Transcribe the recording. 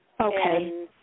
Okay